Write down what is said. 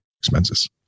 expenses